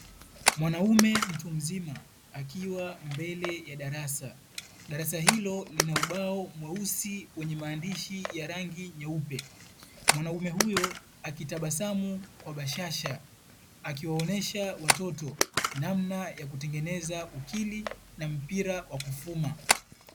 Mwanaume mtu mzima akiwa mbele ya darasa, darasa hilo lina ubao mweusi wenye maandishi ya rangi nyeupe mwanaume huyo akitabasamu kwa bashasha akiwaonyesha watoto namna ya kutengeneza ukili na mpira wa kufuma.